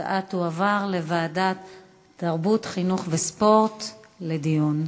ההצעה תועבר לוועדת החינוך, התרבות והספורט לדיון.